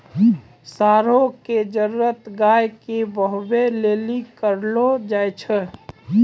साँड़ा के जरुरत गाय के बहबै लेली करलो जाय छै